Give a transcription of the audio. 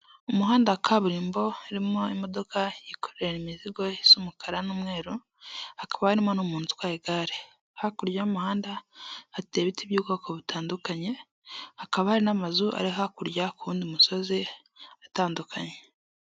Umuhanda wa kaburimbo urimo imodoka yikorera imizigo isa umukara n'umweru, hakaba harimo n'umuntu utwaye igare, hakurya y'umuhanda hateye ibiti by'ubwoko butandukanye hakaba hari n'amazu ari hakurya ku wundi musozi atandukanye.